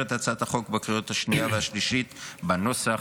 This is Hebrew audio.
את הצעת החוק בקריאות השנייה והשלישית בנוסח